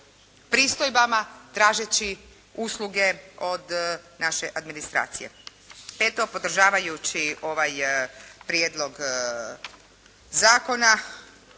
pristojbama tražeći usluge od naše administracije. Eto, podržavajući ovaj prijedlog zakona